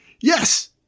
Yes